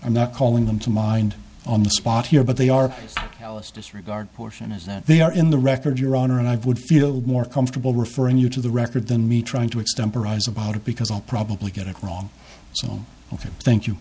i'm not calling them to mind on the spot here but they are alice disregard portion is that they are in the record your honor and i would feel more comfortable referring you to the record than me trying to extend pariahs about it because i'll probably get it wrong so if you think you